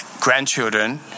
grandchildren